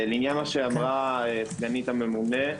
לעניין מה שאמרה סגנית הממונה.